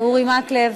אורי מקלב,